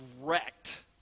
wrecked